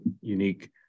unique